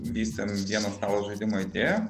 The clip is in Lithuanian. vystėm vieno stalo žaidimo idėją